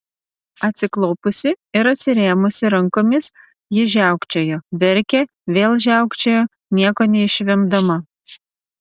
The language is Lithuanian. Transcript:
atsiklaupusi ir atsirėmusi rankomis ji žiaukčiojo verkė vėl žiaukčiojo nieko neišvemdama